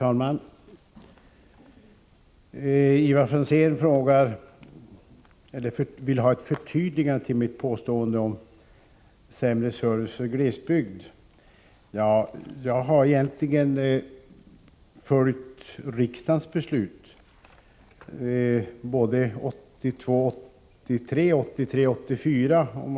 Herr talman! Ivar Franzén vill att jag förtydligar mitt påstående om en sämre service för glesbygden. Jag vill hänvisa till riksdagens beslut 1982 84.